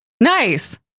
nice